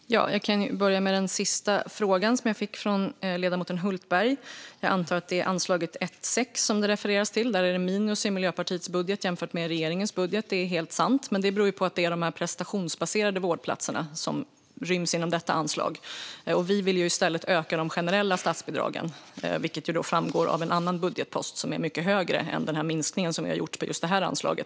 Herr talman! Jag kan börja med den sista frågan jag fick av ledamoten Hultberg. Jag antar att det är anslag 1:6 som det refereras till. Där är det minus i Miljöpartiets budget jämfört med i regeringens; det är helt sant. Men detta beror på att det är de prestationsbaserade vårdplatserna som ryms inom detta anslag. Vi vill i stället öka de generella statsbidragen, vilket framgår av en annan budgetpost som är mycket högre än den minskning vi har gjort på just det här anslaget.